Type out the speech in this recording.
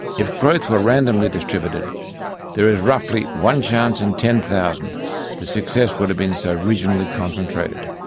if growth were randomly distributed there is roughly one chance in ten thousand the success would have been so regionally concentrated.